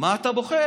מה אתה בוחר?